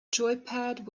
joypad